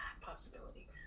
possibility